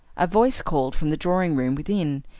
a voice called from the drawing-room within,